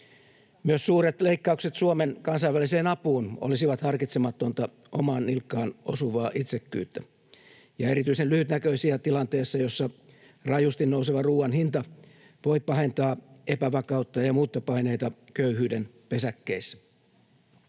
Myös suuret leikkaukset Suomen kansainväliseen apuun olisivat harkitsematonta omaan nilkkaan osuvaa itsekkyyttä — ja erityisen lyhytnäköisiä tilanteessa, jossa rajusti nouseva ruoan hinta voi pahentaa epävakautta ja muuttopaineita köyhyyden pesäkkeissä.